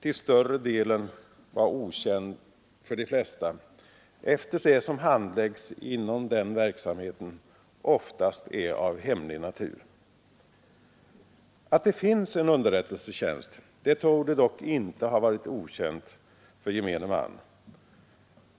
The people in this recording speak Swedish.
till större delen vara okänd för de flesta, eftersom det som handläggs inom den verksamheten oftast är av hemlig natur. Att det finns en underrättelsetjänst torde dock inte ha varit okänt för gemene man.